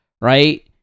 right